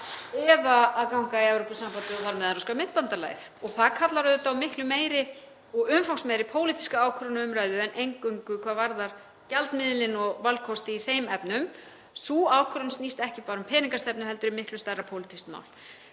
eða að ganga í Evrópusambandið og þar með Evrópska myntbandalagið og það kallar auðvitað á miklu meiri og umfangsmeiri pólitíska ákvörðun og umræðu en eingöngu hvað varðar gjaldmiðilinn og valkosti í þeim efnum. Sú ákvörðun snýst ekki bara um peningastefnu heldur er miklu stærra pólitískt mál.